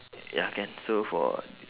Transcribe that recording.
ya can so for